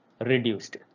reduced